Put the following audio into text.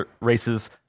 races